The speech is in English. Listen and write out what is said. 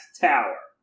tower